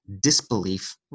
disbelief